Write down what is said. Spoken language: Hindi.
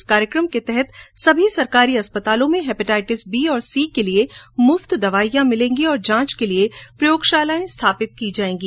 इस कार्यक्रम के तहत सभी सरकारी अस्पतालों में हेपेटाइटिस बी और सी के लिए मुफ्त दवाइयां मिलेंगी और जांच के लिए प्रयोगशालाएं स्थापित की जाएंगी